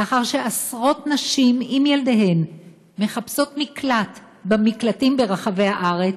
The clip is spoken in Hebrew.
לאחר שעשרות נשים עם ילדיהן מחפשות מקלט במקלטים ברחבי הארץ,